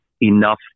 enough